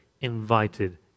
invited